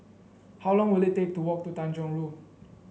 how long will it take to walk to Tanjong Rhu